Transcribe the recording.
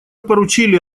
поручили